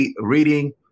reading